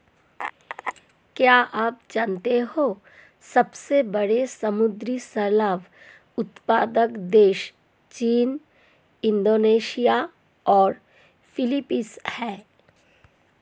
क्या आप जानते है सबसे बड़े समुद्री शैवाल उत्पादक देश चीन, इंडोनेशिया और फिलीपींस हैं?